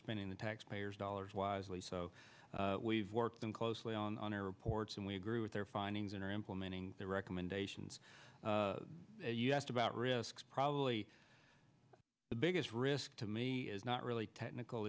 spending the taxpayers dollars wisely so we've worked them closely on our reports and we agree with their findings and are implementing the recommendations you asked about risks probably the biggest risk to me is not really technical